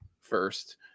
first